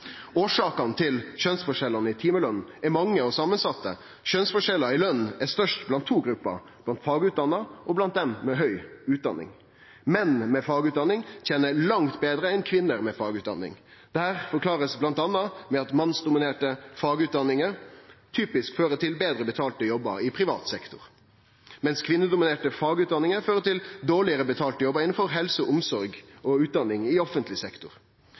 Årsakene til kjønnsforskjellane i timeløn er mange og samansette. Kjønnsforskjellane i løn er størst blant to grupper: fagutdanna og dei med høg utdanning. Menn med fagutdanning tener langt betre enn kvinner med fagutdanning. Dette blir bl.a. forklart med at mannsdominerte fagutdanningar typisk fører til betre betalte jobbar i privat sektor, mens kvinnedominerte fagutdanningar fører til dårlig betalte jobbar innanfor helse- og omsorg og utdanning i offentleg sektor.